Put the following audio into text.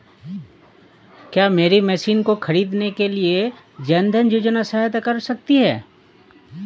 क्या मेरी मशीन को ख़रीदने के लिए जन धन योजना सहायता कर सकती है?